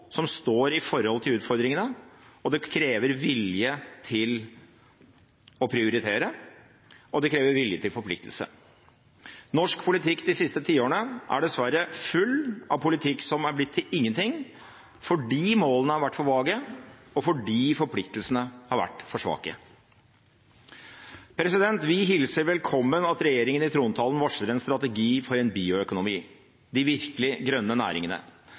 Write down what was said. som står i forhold til utfordringene, det krever vilje til å prioritere, og det krever vilje til forpliktelse. Norsk politikk de siste tiårene er dessverre full av politikk som er blitt til ingenting fordi målene har vært for vage, og fordi forpliktelsene har vært for svake. Vi hilser velkommen at regjeringen i trontalen varsler en strategi for en bioøkonomi – de virkelig grønne næringene.